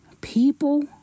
people